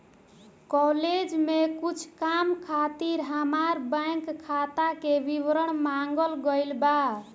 college में कुछ काम खातिर हामार बैंक खाता के विवरण मांगल गइल बा